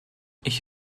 ich